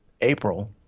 April